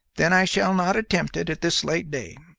then i shall not attempt it at this late day.